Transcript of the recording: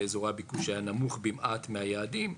באזורי הביקוש היה נמוך במעט מהיעדים,